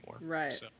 Right